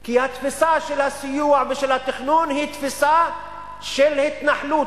כי התפיסה של הסיוע ושל התכנון היא תפיסה של התנחלות,